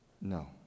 No